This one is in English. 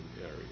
area